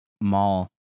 mall